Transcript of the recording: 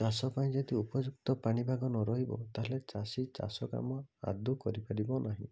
ଚାଷପାଇଁ ଯଦି ଉପଯୁକ୍ତ ପାଣି ପାଗ ନ ରହିବ ତାହେଲେ ଚାଷୀ ଚାଷ କାମ ଆଦୌ କରିପାରିବ ନାହିଁ